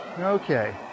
Okay